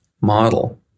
model